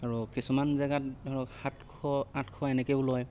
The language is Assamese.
আৰু কিছুমান জেগাত ধৰক সাতশ আঠশ এনেকৈও লয়